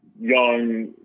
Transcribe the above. young